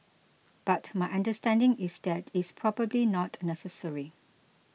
but my understanding is that it's probably not necessary